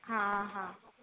हा हा